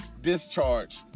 discharge